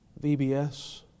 VBS